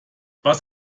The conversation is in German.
was